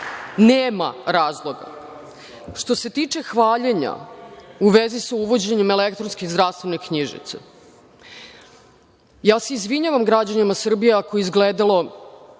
nema razloga. Što se tiče hvaljenja u vezi sa uvođenjem elektronskih zdravstvenih knjižica, ja se izvinjavam građanima Srbije ako je izgledalo